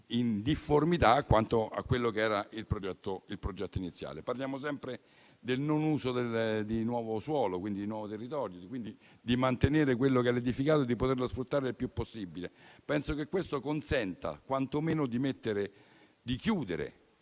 in difformità a quello che era il progetto iniziale. Parliamo sempre del non uso di nuovo suolo quindi nuovo territorio, di mantenere l'edificato e poterlo sfruttare il più possibile: penso che questo consenta quantomeno di chiudere